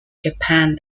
japan